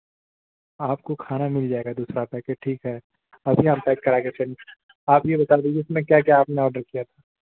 आपको खाना मिल जाएगा दूसरा पैकेट ठीक है अभी हम पैक करा कर सेंड आप यह बता दीजिए इसमें क्या क्या आपने ऑर्डर किया था